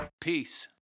Peace